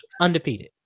undefeated